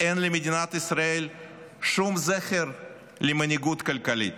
אין למדינת ישראל שום זכר למנהיגות כלכלית?